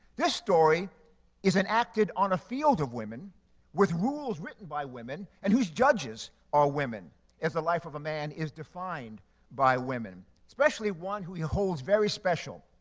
this story is enacted upon a field of women with rules written by women and whose judges are women as the life of a man is defined by women, especially one who he holds very special.